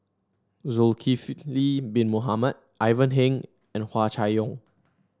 Zulkifli Bin Mohamed Ivan Heng and Hua Chai Yong